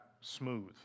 smooth